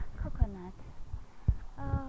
coconut